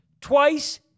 twice